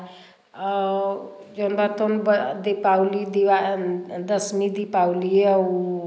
दीपावली दशमी दीपावली है वह